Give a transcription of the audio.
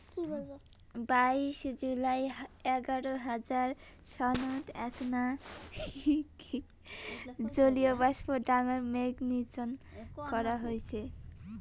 বাইশ জুলাই দুই হাজার এগারো সনত এ্যাকনা তারার আশেপাশে জলীয়বাষ্পর ডাঙর মেঘ শিজ্জন করা হইচে